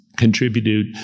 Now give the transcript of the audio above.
Contributed